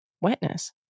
wetness